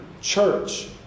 church